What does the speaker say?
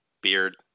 beard